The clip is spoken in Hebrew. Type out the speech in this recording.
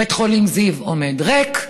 בית חולים זיו עומד ריק,